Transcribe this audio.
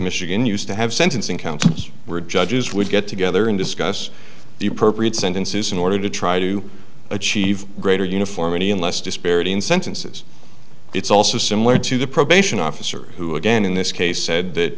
michigan used to have sentencing counsel were judges would get together and discuss the appropriate sentences in order to try to achieve greater uniformity and less disparity in sentences it's also similar to the probation officer who again in this case said that